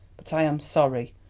but i am sorry,